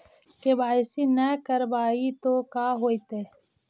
KYC न करवाई तो का हाओतै?